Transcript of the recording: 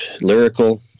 lyrical